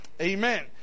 Amen